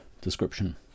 description